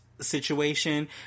situation